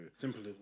Simple